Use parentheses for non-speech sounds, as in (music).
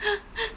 (laughs)